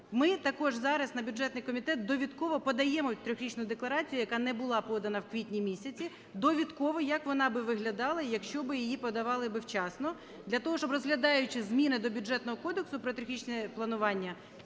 Ми також зараз на бюджетний комітет довідково подаємо трьохрічну декларацію, яка не була подана у квітні місяці, довідково як вона би виглядала, якщо би її подавали би вчасно, для того щоб, розглядаючи зміни до Бюджетного кодексу про трьохрічне планування,